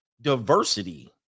diversity